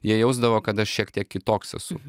jie jausdavo kad aš šiek tiek kitoks esu